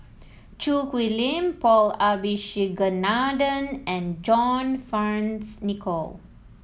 Choo Hwee Lim Paul Abisheganaden and John Fearns Nicoll